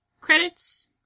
credits